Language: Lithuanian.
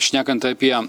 šnekant apie